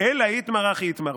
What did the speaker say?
"אלא אי איתמר, הכי איתמר".